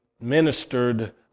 ministered